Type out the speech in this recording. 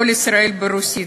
"קול ישראל" ברוסית,